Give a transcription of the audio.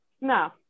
No